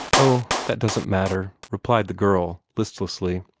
oh, that doesn't matter, replied the girl, listlessly.